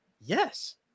yes